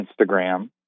Instagram